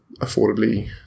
affordably